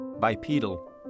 Bipedal